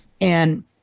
And-